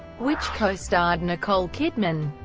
which co-starred nicole kidman.